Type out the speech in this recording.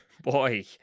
Boy